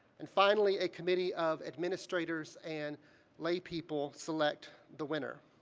and finally, a committee of administrators and laypeople select the winner.